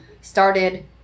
started